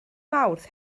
mawrth